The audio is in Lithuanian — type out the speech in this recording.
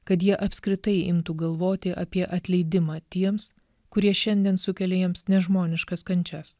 kad jie apskritai imtų galvoti apie atleidimą tiems kurie šiandien sukelia jiems nežmoniškas kančias